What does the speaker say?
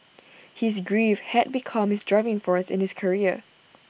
his grief had become his driving force in his career